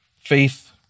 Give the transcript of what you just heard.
faith